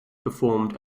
performed